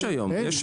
יש היום.